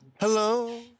hello